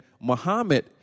Muhammad